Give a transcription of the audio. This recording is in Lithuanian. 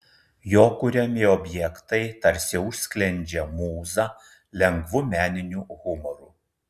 jo kuriami objektai tarsi užsklendžia mūzą lengvu meniniu humoru